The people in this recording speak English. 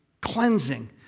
Cleansing